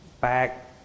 Back